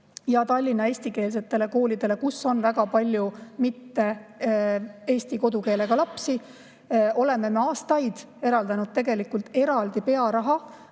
ja Tallinna eestikeelsetele koolidele, kus on väga palju mitte-eesti kodukeelega lapsi, oleme me aastaid eraldanud eraldi pearaha